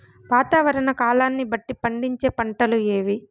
వాతావరణ కాలాన్ని బట్టి పండించే పంటలు ఏవి?